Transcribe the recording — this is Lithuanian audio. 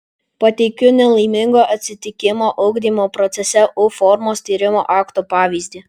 pateikiu nelaimingo atsitikimo ugdymo procese u formos tyrimo akto pavyzdį